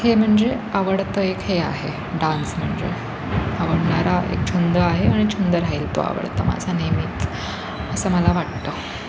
हे म्हणजे आवडतं एक हे आहे डान्स म्हणजे आवडणारा एक छंद आहे आणि छंद राहील तो आवडता माझा नेहमीच असं मला वाटतं